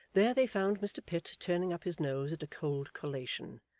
there they found mr pitt turning up his nose at a cold collation,